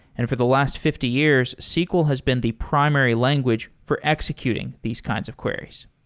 and for the last fifty years, sql has been the primary language for executing these kinds of queries.